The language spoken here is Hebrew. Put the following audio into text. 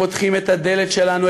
פותחים את הדלת שלנו,